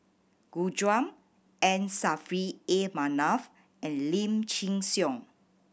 Gu Juan M Saffri A Manaf and Lim Chin Siong